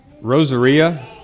Rosaria